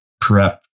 prep